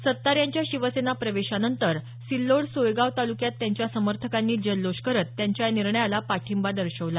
सत्तार यांच्या शिवसेना प्रवेशानंतर सिल्लोड सोयगाव तालुक्यात त्यांच्या समर्थकांनी जल्लोष करत त्यांच्या या निर्णयाला पाठिंबा दर्शवला